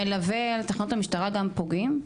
מלווה בתחנות המשטרה, גם פוגעים?